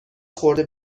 خورده